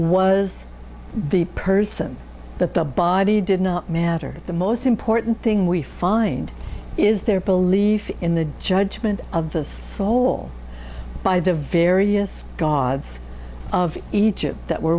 was the person that the body did not matter the most important thing we find is their belief in the judgement of the soul by the various gods of egypt that were